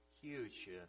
huge